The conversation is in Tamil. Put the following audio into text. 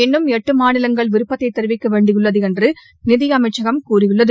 இன்னும் எட்டு மாநிலங்கள் விருப்பத்தை தெரிவிக்க வேண்டியுள்ளது என்று நிதி அமைச்சகம் கூறியுள்ளது